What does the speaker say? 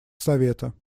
совета